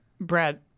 Brad